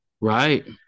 Right